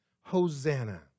Hosanna